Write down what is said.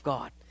God